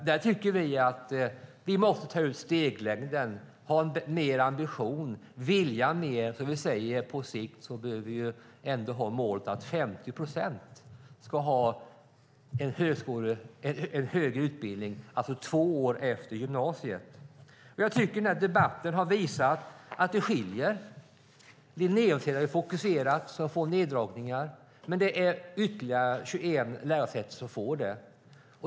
Där tycker vi att vi måste ta ut steglängden, ha högre ambitioner och vilja mer, och därför säger vi att vi på sikt ändå bör ha målet att 50 procent ska ha en högre utbildning, alltså två år efter gymnasiet. Jag tycker att den här debatten har visat att det skiljer. Här har Linnéuniversitetet fått fokus för neddragningarna. Men det är ytterligare 21 lärosäten som får det.